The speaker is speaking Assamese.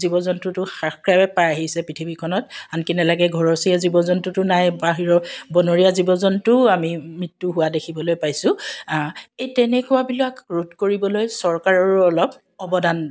জীৱ জন্তুটো হ্ৰাস পাই আহিছে পৃথিৱীখনত আনকি নেলাগে ঘৰচীয়া জীৱ জন্তুটো নায়েই বাহিৰৰ বনৰীয়া জীৱ জন্তুও আমি মৃত্যু হোৱা দেখিবলৈ পাইছোঁ এই তেনেকুৱাবিলাক ৰোধ কৰিবলৈ চৰকাৰৰো অলপ অৱদান